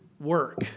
work